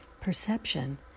perception